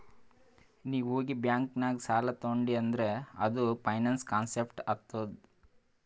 ನೀ ಹೋಗಿ ಬ್ಯಾಂಕ್ ನಾಗ್ ಸಾಲ ತೊಂಡಿ ಅಂದುರ್ ಅದು ಫೈನಾನ್ಸ್ ಕಾನ್ಸೆಪ್ಟ್ ಆತ್ತುದ್